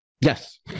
yes